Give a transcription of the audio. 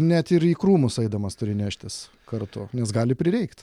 net ir į krūmus eidamas turi neštis kartu nes gali prireikt